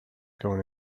going